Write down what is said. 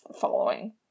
following